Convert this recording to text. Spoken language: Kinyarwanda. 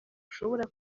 ushobora